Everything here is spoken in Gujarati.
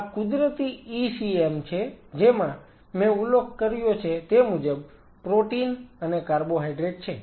આ કુદરતી ECM છે જેમાં મેં ઉલ્લેખ કર્યો છે તે મુજબ પ્રોટીન અને કાર્બોહાઈડ્રેટ્સ છે